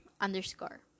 underscore